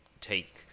take